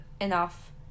enough